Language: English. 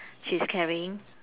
she's carrying